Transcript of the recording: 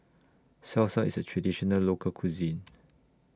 Salsa IS A Traditional Local Cuisine